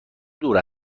دور